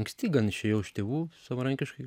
anksti gan išėjau iš tėvų savarankiškai